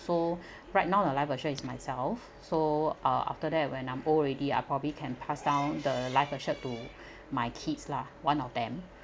so right now the life assured is myself so uh after that when I'm old already I probably can pass down the life assured to my kids lah one of them